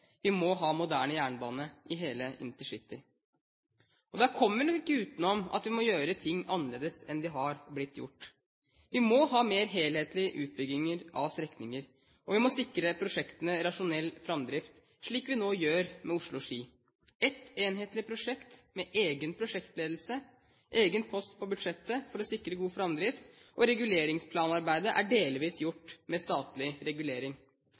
Vi må ha moderne jernbane i hele intercitytriangelet. Da kommer vi nok ikke utenom at vi må gjøre ting annerledes enn de har blitt gjort. Vi må ha mer helhetlige utbygginger av strekninger, og vi må sikre prosjektene rasjonell framdrift, slik vi nå gjør med Oslo–Ski, et enhetlig prosjekt med egen prosjektledelse, egen post på budsjettet for å sikre god framdrift, og reguleringsplanarbeidet er delvis gjort med statlig regulering.